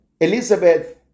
Elizabeth